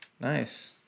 Nice